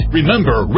Remember